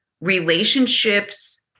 relationships